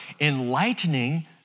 enlightening